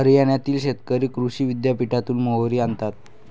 हरियाणातील शेतकरी कृषी विद्यापीठातून मोहरी आणतात